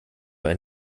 ein